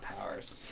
powers